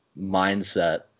mindset